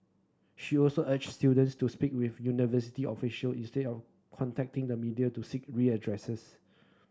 she also urged students to speak with university official instead of contacting the media to seek redress